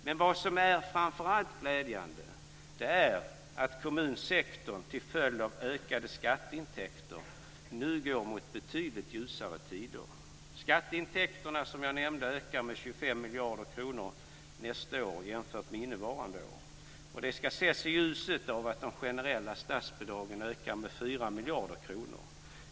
Men vad som framför allt är glädjande är att kommunsektorn till följd av ökade skatteintäkter nu går mot betydligt ljusare tider. Skatteintäkterna ökar, som jag nämnde, med 25 miljarder kronor nästa år jämfört med innevarande år. Och detta ska ses i ljuset av att de generella statsbidragen ökar med 4 miljarder kronor.